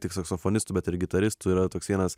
tik saksofonistų bet ir gitaristų yra toks vienas